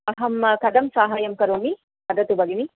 अहं कथं साहाय्यं करोमि वदतु भगिनि